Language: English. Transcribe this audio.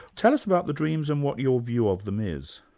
tell us about the dreams and what your view of them is.